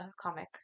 comic